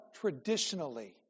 traditionally